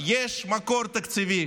יש מקור תקציבי,